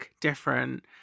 different